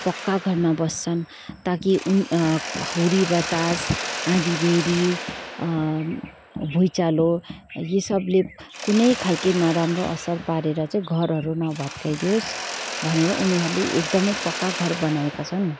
पक्का घरमा बस्छन् ताकि उन हुरी बतास आँधी बेह्री भुइँचालो यी सबले कुनै खालके नराम्रो असर पारेर चाहिँ घरहरू नभत्काइदियोस् भनेर उनीहरूले एकदमै पक्का घर बनाएका छन्